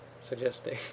suggesting